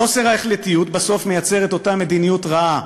חוסר ההחלטיות בסוף מייצר את אותה מדיניות רעה,